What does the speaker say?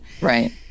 Right